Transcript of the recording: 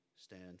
stand